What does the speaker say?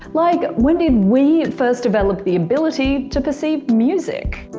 like, when did we first develop the ability to perceive music?